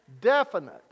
definite